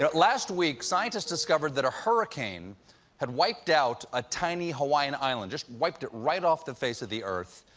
but last week, scientists discovered that a hurricane had wiped out a tiny hawaiian island just wiped it right off the face of the earth.